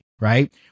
Right